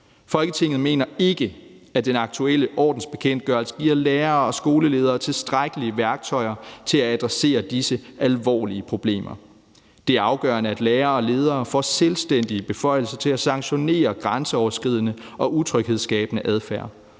Folketinget mener ikke, at den aktuelle ordensbekendtgørelse giver lærere og skoleledere tilstrækkelige værktøjer til at adressere disse alvorlige problemer. Det er afgørende, at lærere og ledere får selvstændige beføjelser til at sanktionere grænseoverskridende og utryghedsskabende adfærd.